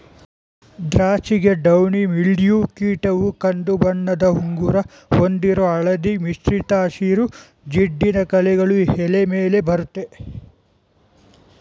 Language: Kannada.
ದ್ರಾಕ್ಷಿಗೆ ಡೌನಿ ಮಿಲ್ಡ್ಯೂ ಕೀಟವು ಕಂದುಬಣ್ಣದ ಉಂಗುರ ಹೊಂದಿರೋ ಹಳದಿ ಮಿಶ್ರಿತ ಹಸಿರು ಜಿಡ್ಡಿನ ಕಲೆಗಳು ಎಲೆ ಮೇಲೆ ಬರತ್ತೆ